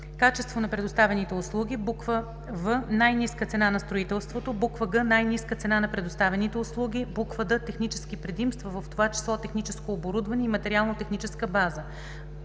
качество на предоставяните услуги; в) най-ниска цена на строителството; г) най-ниска цена на предоставяните услуги; д) технически предимства, в това число техническо оборудване и материално-техническа база;